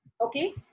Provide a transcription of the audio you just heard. Okay